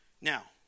Now